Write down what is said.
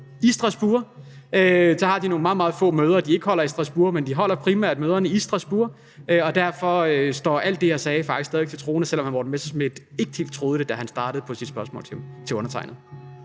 i Strasbourg. Men de holder primært møderne i Strasbourg, og derfor står alt det, jeg sagde, faktisk stadig væk til troende, selv om hr. Morten Messerschmidt ikke helt troede det, da han startede på sit spørgsmål til undertegnede.